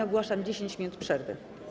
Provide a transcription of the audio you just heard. Ogłaszam 10 minut przerwy.